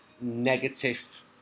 negative